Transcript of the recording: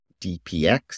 DPX